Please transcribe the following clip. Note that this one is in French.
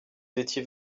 étiez